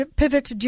pivot